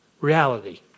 reality